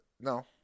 No